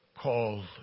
called